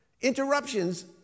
Interruptions